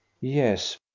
Yes